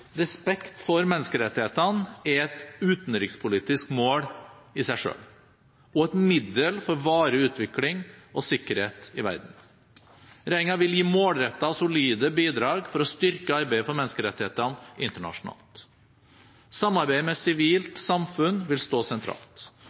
Respekt for menneskerettighetene er et utenrikspolitisk mål i seg selv og et middel for varig utvikling og sikkerhet i verden. Regjeringen vil gi målrettede og solide bidrag for å styrke arbeidet for menneskerettighetene internasjonalt. Samarbeidet med sivilt samfunn vil stå sentralt.